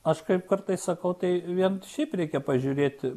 aš kaip kartais sakau tai vien šiaip reikia pažiūrėti